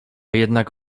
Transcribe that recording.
jednak